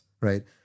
Right